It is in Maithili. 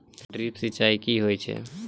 ड्रिप सिंचाई कि होय छै?